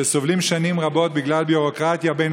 שסובלים שנים רבות בגלל ביורוקרטיה בין